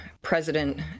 President